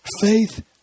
Faith